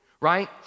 right